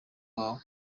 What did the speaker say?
wawe